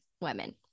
women